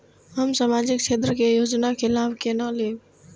हम सामाजिक क्षेत्र के योजना के लाभ केना लेब?